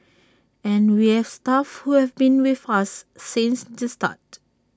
and we have staff who have been with us since the start